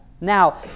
Now